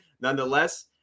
Nonetheless